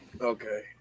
Okay